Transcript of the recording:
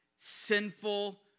sinful